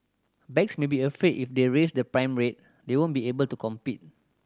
banks may be afraid if they raise the prime rate they won't be able to compete